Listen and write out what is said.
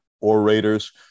Orators